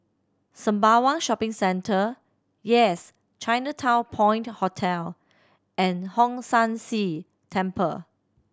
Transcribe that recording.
Sembawang Shopping Centre Yes Chinatown Point Hotel and Hong San See Temple